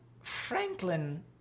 Franklin